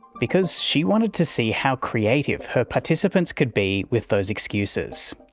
because she wanted to see how creative her participants could be with those excuses.